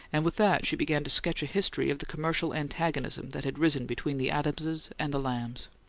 and with that she began to sketch a history of the commercial antagonism that had risen between the adamses and the lambs.